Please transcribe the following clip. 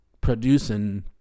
producing